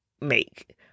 make